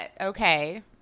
okay